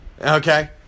Okay